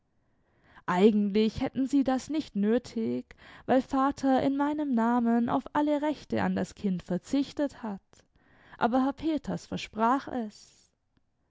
eigentlich hätten sie das nicht nötig weil vater in meinem namen auf alle rechte an das kind verzichtet hat aber herr peters versprach es